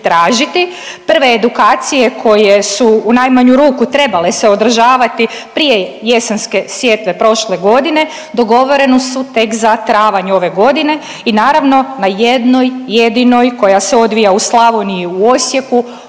Prve edukacije koje su najmanju ruku trebale se održavati prije jesenske sjetve prošle godine dogovorene su tek za travanj ove godine i naravno na jednoj jedinoj koja se odvija u Slavoniji u Osijeku